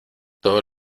todos